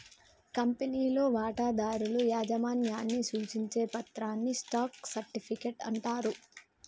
కంపెనీలో వాటాదారుల యాజమాన్యాన్ని సూచించే పత్రాన్ని స్టాక్ సర్టిఫికెట్ అంటారు